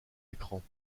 écrans